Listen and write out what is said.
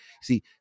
see